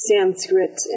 Sanskrit